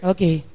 Okay